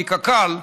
כי קק"ל,